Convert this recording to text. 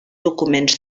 documents